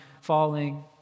falling